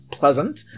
pleasant